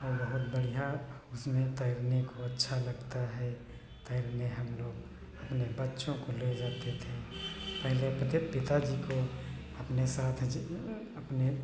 वो बहुत बढ़िया उसमें तैरने को अच्छा लगता है तैरने हम लोग अपने बच्चों को ले जाते थे पहले पते पिता जी को अपने साथ ज अपने